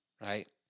Right